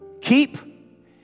Keep